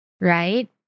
right